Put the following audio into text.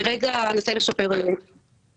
שאני עומדת בראשה מטפלת ביישובים